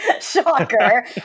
Shocker